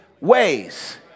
ways